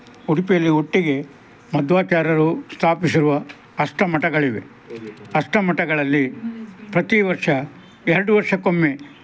ಉಡುಪಿಯಲ್ಲಿ ಒಟ್ಟಿಗೆ ಮಧ್ವಾಚಾರ್ಯರು ಸ್ಥಾಪಿಸಿರುವ ಅಷ್ಠ ಮಠಗಳಿವೆ ಅಷ್ಠ ಮಠಗಳಲ್ಲಿ ಪ್ರತಿ ವರ್ಷ ಎರಡು ವರ್ಷಕ್ಕೊಮ್ಮೆ